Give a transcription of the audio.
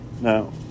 Now